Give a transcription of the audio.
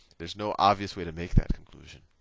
there's no obvious way to make that conclusion.